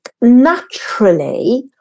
naturally